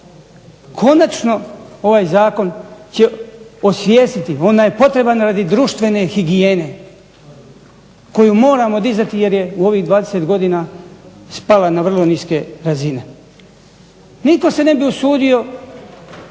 Konačno ovaj zakon će osvijestiti, on je potreban radi društvene higijene koju moramo dizati jer je u ovih 20 godina spala na niske razine. Nitko se ne bi usudio